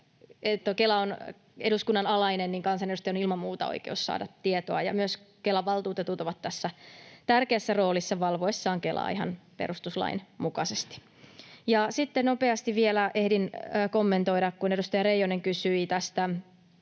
Kela on eduskunnan alainen, niin kansanedustajalla on ilman muuta oikeus saada tietoa. Myös Kelan valtuutetut ovat tässä tärkeässä roolissa valvoessaan Kelaa ihan perustuslain mukaisesti. Sitten nopeasti vielä ehdin kommentoida, kun edustaja Reijonen kysyi tästä